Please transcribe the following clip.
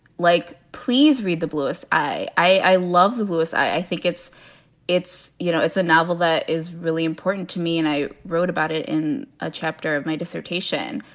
like, please read the bluest eye. i love the lewis. i think it's it's you know, it's a novel that is really important to me. and i wrote about it in a chapter of my dissertation.